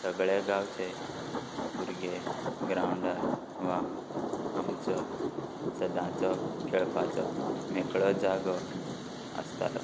सगळे गांवचे भुरगे ग्रावंडार वा आमचो सदांचो खेळपाचो मेकळो जागो आसतालो